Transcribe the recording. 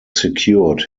secured